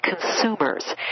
consumers